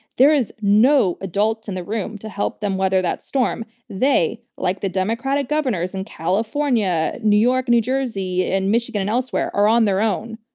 there are no adults in the room to help them weather that storm. they, like the democratic governors in california, new york, new jersey and michigan and elsewhere, are on their own.